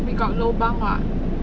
we got lobang [what]